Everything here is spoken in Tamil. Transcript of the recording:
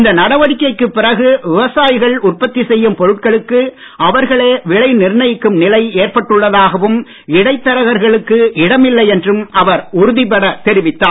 இந்த நடவடிக்கைக்குப் பிறகு விவசாயிகள் உற்பத்தி செய்யும் பொருட்களுக்கு அவர்களே விலை நிர்ணயிக்கும் நிலை ஏற்பட்டுள்ளதாகவும் இடைத் தரகர்களுக்கு இடமில்லை என்றும் அவர் உறுதிப்பட தெரிவித்தார்